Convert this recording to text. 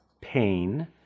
pain